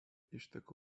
išteka